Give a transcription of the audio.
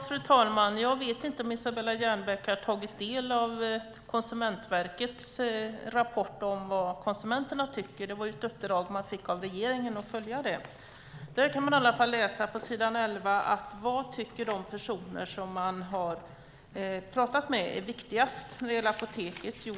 Fru talman! Jag vet inte om Isabella Jernbeck har tagit del av Konsumentverkets rapport om vad konsumenterna tycker. De fick ett uppdrag av regeringen att följa det. Där kan man läsa på s. 11 vad de personer som de har pratat med tycker är viktigast när det gäller apoteket.